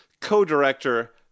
co-director